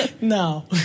No